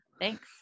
Thanks